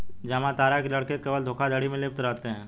जामतारा के लड़के केवल धोखाधड़ी में लिप्त रहते हैं